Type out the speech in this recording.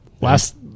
last